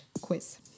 quiz